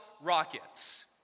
rockets